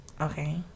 okay